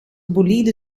bolide